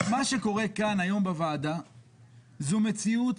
מה שקורה כאן היום בוועדה זו מציאות